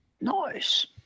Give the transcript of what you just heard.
Nice